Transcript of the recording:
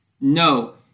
No